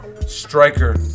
striker